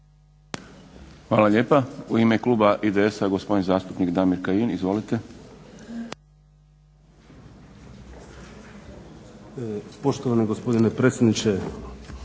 Hvala lijepa. U ime kluba HDZ-a gospodin zastupnik Davorin Mlakar. Izvolite.